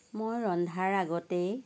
মই ৰন্ধাৰ আগতেই